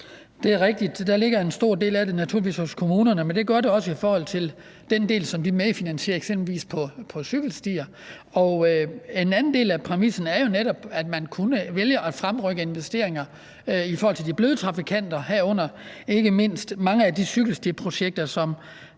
Det er rigtigt, at en stor del af det naturligvis ligger hos kommunerne, men det gør det også i forhold til den del, som de medfinansierer, eksempelvis på cykelstier. Og en anden del af præmissen er jo netop, at man kunne vælge at fremrykke investeringer i forhold til de bløde trafikanter, herunder ikke mindst mange af de cykelstiprojekter, som